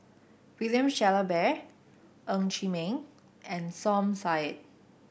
William Shellabear Ng Chee Meng and Som Said